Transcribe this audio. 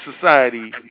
society